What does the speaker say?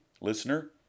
listener